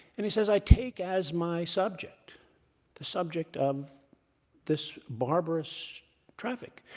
and he says, i take as my subject the subject of this barbarous traffic.